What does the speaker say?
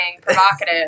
provocative